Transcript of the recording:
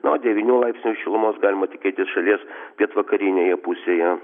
na o devynių laipsnių šilumos galima tikėtis šalies pietvakarinėje pusėje